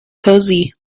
cosy